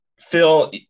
Phil